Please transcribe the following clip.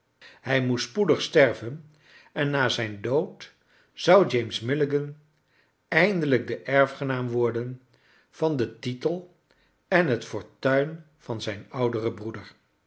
hij moest spoedig sterven en na zijn dood zou james milligan eindelijk de erfgenaam worden van den titel en het fortuin van zijn ouderen broeder